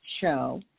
show